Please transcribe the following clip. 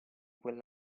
quel